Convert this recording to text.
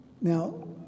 Now